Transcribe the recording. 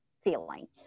feeling